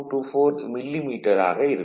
424 மில்லி மீட்டராக இருக்கும்